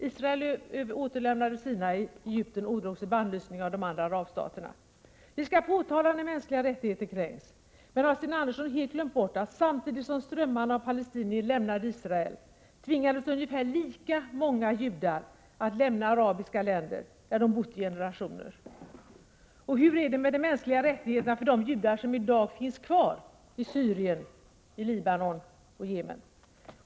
Israel återlämnade Sinai. Egypten ådrog sig bannlysning av de andra arabstaterna. Vi skall påtala när mänskliga rättigheter kränks. Men har Sten Andersson helt glömt bort att samtidigt som strömmarna av palestinier lämnade Israel, tvingades ungefär lika många judar att lämna arabiska länder, där de bott i generationer. Och hur är det med de mänskliga rättigheterna för de judar som i dag finns kvar i Syrien, Libanon och Jemen?